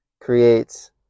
creates